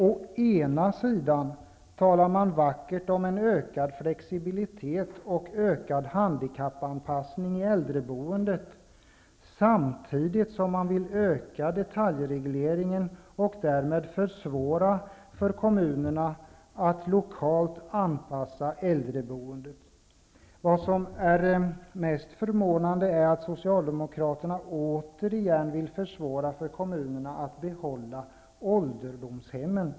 Å ena sidan talar Socialdemokraterna vackert om ökad flexibilitet och ökad handikappanpassning i äldreboendet, samtidigt som de vill öka detaljregleringen och därmed försvåra för kommunerna att lokalt anpassa äldreboendet. Vad som är mest förvånande är att socialdemokraterna återigen vill försvåra för kommunerna att behålla ålderdomshemmen.